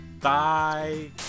Bye